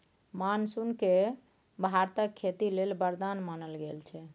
monsoon केँ भारतक खेती लेल बरदान मानल गेल छै